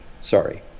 Sorry